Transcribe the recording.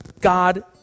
God